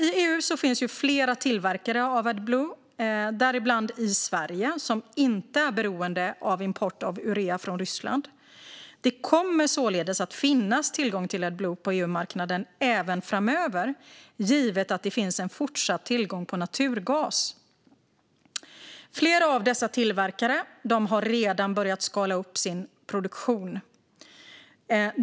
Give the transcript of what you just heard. I EU finns flera tillverkare av Adblue, däribland i Sverige, som inte är beroende av import av urea från Ryssland. Det kommer således att finnas tillgång till Adblue på EU-marknaden även framöver, givet att det finns en fortsatt tillgång på naturgas. Flera av dessa tillverkare har redan börjat skala upp sin produktion.